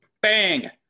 Bang